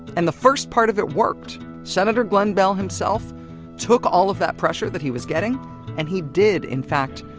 and the first part of it worked senator glenn beall himself took all of that pressure that he was getting and he did, in fact,